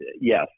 yes